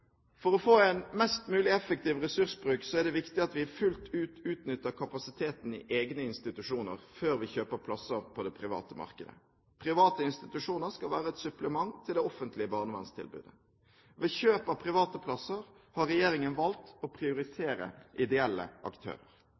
For å få en mest mulig effektiv ressursbruk er det viktig at vi fullt ut utnytter kapasiteten i egne institusjoner før vi kjøper plasser på det private markedet. Private institusjoner skal være et supplement til det offentlige barnevernstilbudet. Ved kjøp av private plasser har regjeringen valgt å prioritere ideelle aktører.